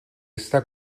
està